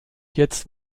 jetzt